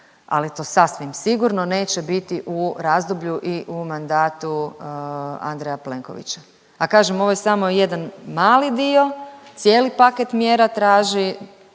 ali to sasvim sigurno neće biti u razdoblju i u mandatu Andreja Plenkovića. A kažem ovo je samo jedan mali dio, cijeli paket mjera traži